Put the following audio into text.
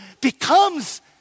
becomes